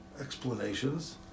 explanations